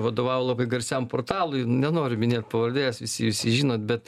vadovavo labai garsiam portalui nenoriu minėt pavardės visi jūs jį žinot bet